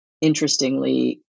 interestingly